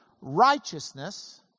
righteousness